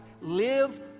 Live